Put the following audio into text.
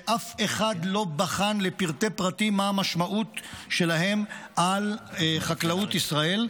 שאף אחד לא בחן לפרטי-פרטים מה המשמעות שלהם על חקלאות ישראל.